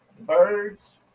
birds